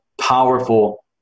powerful